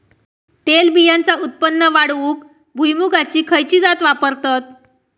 तेलबियांचा उत्पन्न वाढवूक भुईमूगाची खयची जात वापरतत?